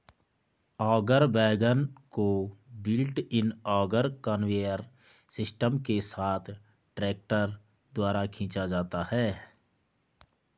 auger wagon को built in auger conveyor system के साथ ट्रैक्टर द्वारा खींचा जाता है